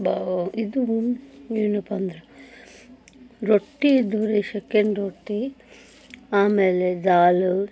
wow ಇದು ಏನು ಏನಪ್ಪಾ ಅಂದ್ರೆ ರೊಟ್ಟಿ ಇದ್ದವ್ರಿ ಸೆಕೆಂಡ್ ರೊಟ್ಟಿ ಆಮೇಲೆ ದಾಲು